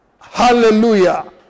Hallelujah